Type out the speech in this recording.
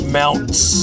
mounts